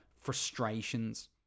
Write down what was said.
frustrations